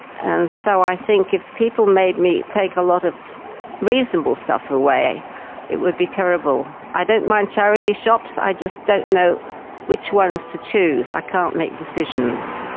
and so i think if people made me take a lot of reasonable stuff away it would be terrible. i don't mind charity shops, i just don't know which ones to choose, i can't make decisions.